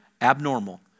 abnormal